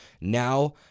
Now